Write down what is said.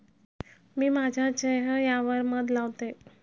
मी माझ्या चेह यावर मध लावते